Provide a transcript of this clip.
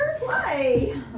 play